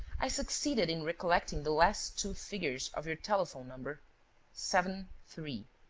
i succeeded in recollecting the last two figures of your telephone number seventy three.